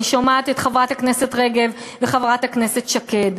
אני שומעת את חברת הכנסת רגב וחברת הכנסת שקד.